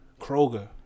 Kroger